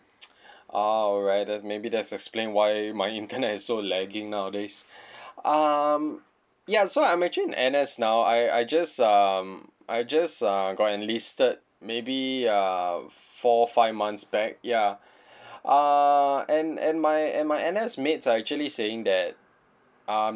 ah alright that maybe that explain why my internet is so lagging nowadays um ya so I'm actually in N_S now I I just um I just err got enlisted maybe err four five months back ya err and and my and my N_S mates are actually saying that uh